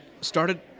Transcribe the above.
started